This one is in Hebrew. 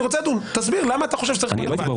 אני רוצה לדון תסביר למה אתה חושב שצריך את החובה הזאת.